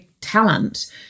talent